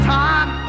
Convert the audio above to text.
time